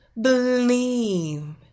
believe